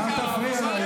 אל תפריע לה.